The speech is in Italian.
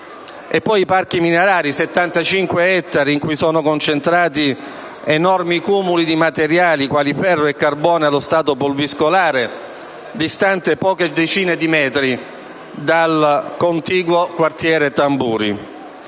poi i parchi minerari: 75 ettari in cui sono concentrati enormi cumuli di materiali, quali ferro e carbone allo stato pulviscolare, distanti poche decine di metri dal contiguo quartiere Tamburi.